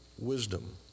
wisdom